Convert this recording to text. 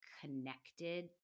connected